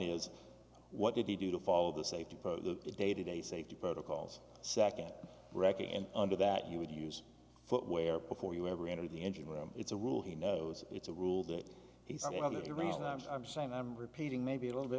is what did he do to follow the safety of the day to day safety protocols second record and under that you would use where before you ever enter the engine room it's a rule he knows it's a rule that he's one of the reason i'm saying i'm repeating maybe a little bit